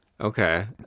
Okay